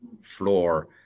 floor